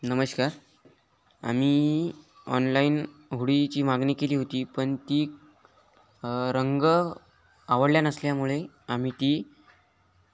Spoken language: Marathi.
नमस्कार आम्ही ऑनलाईन होडीची मागणी केली होती पण ती रंग आवडल्या नसल्यामुळे आम्ही ती